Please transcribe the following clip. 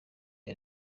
iya